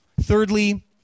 Thirdly